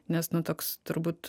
nes nu toks turbūt